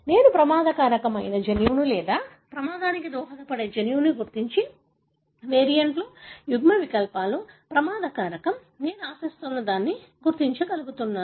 నేను ప్రమాద కారకం అయిన జన్యువును లేదా ప్రమాదానికి దోహదపడే జన్యువును గుర్తించి వేరియంట్లు యుగ్మవికల్పాలు ప్రమాద కారకం నేను ఆశిస్తున్నదాన్ని గుర్తించగలుగు తున్నాను